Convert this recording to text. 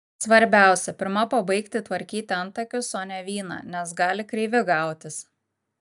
svarbiausia pirma pabaigti tvarkyti antakius o ne vyną nes gali kreivi gautis